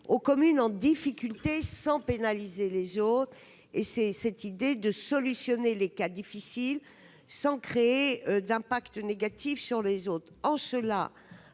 aux communes en difficulté sans pénaliser les autres et c'est cette idée de solutionner les cas difficiles, sans créer d'impact négatif sur les autres